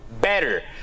better